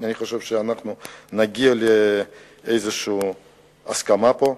אני חושב שאנחנו נגיע לאיזו הסכמה פה.